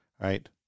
right